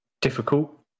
difficult